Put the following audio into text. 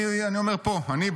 אני אומר פה: אני,